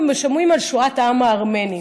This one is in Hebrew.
וגם שומעים על שואת העם הארמני.